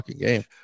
game